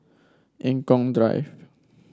Eng Kong Drive